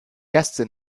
erste